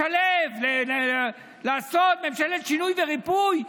לשלב, לעשות ממשלת שינוי וריפוי.